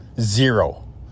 Zero